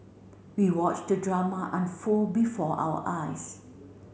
we watched the drama unfold before our eyes